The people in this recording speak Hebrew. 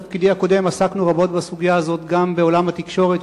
בתפקידי הקודם עסקנו רבות בסוגיה הזאת גם בעולם התקשורת,